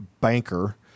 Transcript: banker